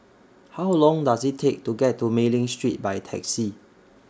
How Long Does IT Take to get to Mei Ling Street By Taxi